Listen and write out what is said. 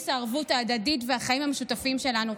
הערבות ההדדית והחיים המשותפים שלנו.